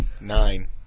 Nine